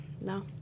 No